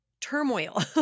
turmoil